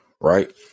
Right